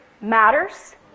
matters